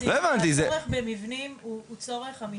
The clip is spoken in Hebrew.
הצורך במבנים הוא צורך אמיתי,